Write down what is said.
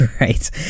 Right